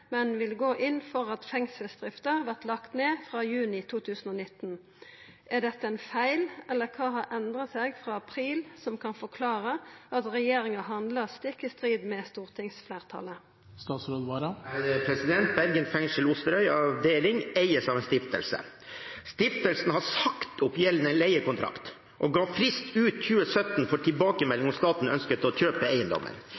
men vil gå inn for at fengselsdrifta vert lagd ned frå juni 2019. Er dette ein feil, eller kva har endra seg frå april som kan forklare at regjeringa handlar stikk i strid med stortingsfleirtalet?» Bergen fengsel, Osterøy avdeling eies av en stiftelse. Stiftelsen har sagt opp gjeldende leiekontrakt og ga frist ut 2017 for